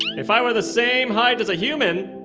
if i were the same height as a human,